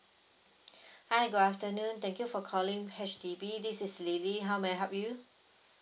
hi good afternoon thank you for calling H_D_B this is lily how may I help you